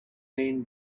main